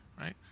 right